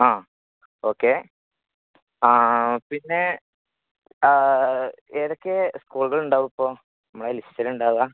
ആ ഓക്കെ പിന്നെ ഏതൊക്കെ സ്കൂളുകൾ ഉണ്ടാവും ഇപ്പോൾ നമ്മുടെ ലിസ്റ്റിൽ ഉണ്ടാവുക